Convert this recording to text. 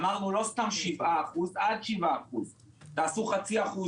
אמרנו לא סתם 7% אלא עד 7%. תעשו 0.5%,